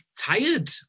tired